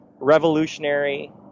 revolutionary